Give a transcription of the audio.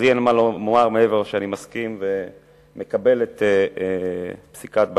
לי אין מה לומר מעבר לכך שאני מסכים ומקבל את פסיקת בג"ץ.